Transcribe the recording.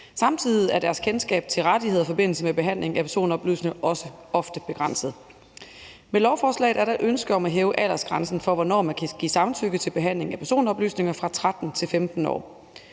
Samtidig er deres kendskab til rettigheder i forbindelse med behandlingen af personoplysninger også ofte begrænset. Med lovforslaget er der et ønske om at hæve aldersgrænsen for, hvornår man kan give samtykke til behandlingen af personoplysninger, fra 13 til 15 år.